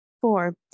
Four